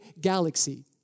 galaxy